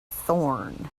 thorn